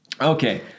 Okay